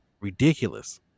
ridiculous